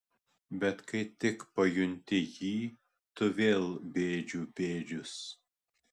bet kai tik pajunti jį tu vėl bėdžių bėdžius